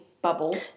bubble